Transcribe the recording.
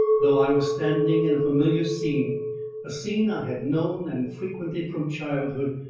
though i was standing in a familiar scene a scene i had known and frequented from childhood,